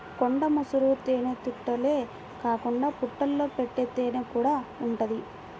కొండ ముసురు తేనెతుట్టెలే కాకుండా పుట్టల్లో పెట్టే తేనెకూడా ఉంటది